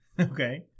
Okay